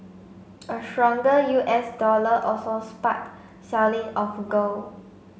a stronger U S dollar also sparked selling of gold